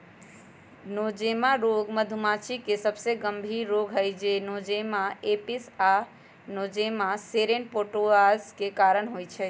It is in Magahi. नोज़ेमा रोग मधुमाछी के सबसे गंभीर रोग हई जे नोज़ेमा एपिस आ नोज़ेमा सेरेने प्रोटोज़ोआ के कारण होइ छइ